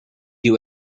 you